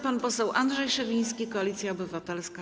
Pan poseł Andrzej Szewiński, Koalicja Obywatelska.